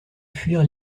fuir